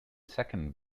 second